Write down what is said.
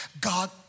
God